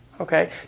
Okay